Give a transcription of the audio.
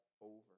over